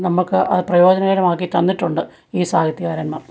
നമുക്ക് പ്രയോജനകരമാക്കിത്തന്നിട്ടുണ്ട് ഈ സാഹിത്യകാരൻമാർ